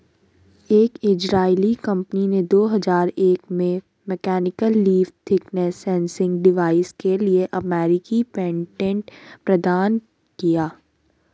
एक इजरायली कंपनी ने दो हजार एक में mechanical leaf thickness sensing device के लिए अमेरिकी पेटेंट प्रदान किया